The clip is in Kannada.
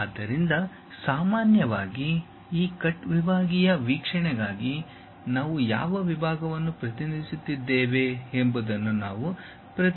ಆದ್ದರಿಂದ ಸಾಮಾನ್ಯವಾಗಿ ಈ ಕಟ್ ವಿಭಾಗೀಯ ವೀಕ್ಷಣೆಗಾಗಿ ನಾವು ಯಾವ ವಿಭಾಗವನ್ನು ಪ್ರತಿನಿಧಿಸುತ್ತಿದ್ದೇವೆ ಎಂಬುದನ್ನು ನಾವು ಪ್ರತಿನಿಧಿಸುತ್ತೇವೆ